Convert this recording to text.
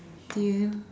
do you